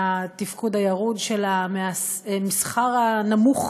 מהתפקוד הירוד שלה, מהמסחר הנמוך